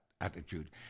attitude